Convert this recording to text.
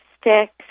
sticks